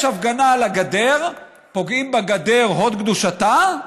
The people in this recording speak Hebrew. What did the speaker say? יש הפגנה על הגדר, פוגעים בגדר, הוד קדושתה,